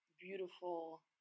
beautiful